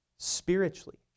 Spiritually